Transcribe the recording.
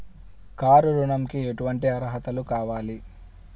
Car ఋణంకి ఎటువంటి అర్హతలు కావాలి?